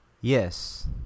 Yes